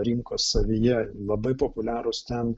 rinkos savyje labai populiarūs ten